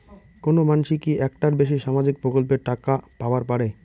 কোনো মানসি কি একটার বেশি সামাজিক প্রকল্পের টাকা পাবার পারে?